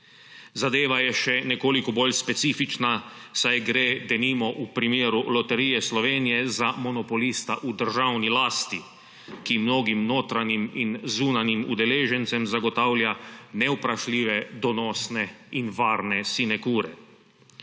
Zadeva je še nekoliko bolj specifična, saj gre denimo v primeru Loterije Slovenije za monopolista v državni lasti, ki mnogim notranjim in zunanjim udeležencem zagotavlja nevprašljive, donosne in varne sinekure.